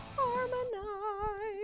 harmonize